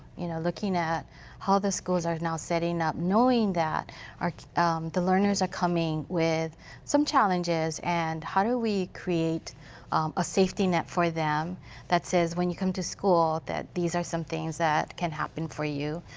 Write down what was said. you know looking at how the schools are now setting up knowing that the learners are coming with some challenges and how do we create a safety net for them that says, when you come to school, that these are some things that can happen for you.